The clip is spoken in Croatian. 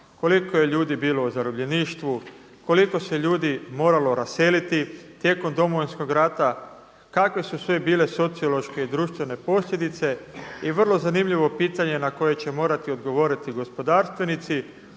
koliko je ljudi bilo u zarobljeništvu, koliko se ljudi moralo raseliti tijekom Domovinskog rata, kakve su sve bile sociološko i društvene posljedice i vrlo zanimljivo pitanje na koje će morati odgovoriti gospodarstvenici: